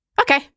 Okay